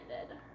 ended